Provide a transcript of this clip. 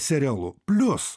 serialu plius